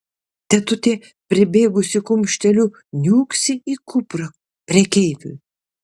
tetutė pribėgusi kumšteliu niūksi į kuprą prekeiviui